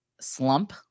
slump